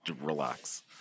relax